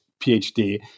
PhD